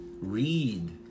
read